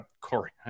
Corey